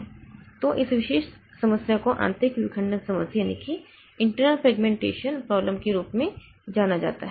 तो इस विशेष समस्या को आंतरिक विखंडन समस्या के रूप में जाना जाता है